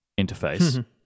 interface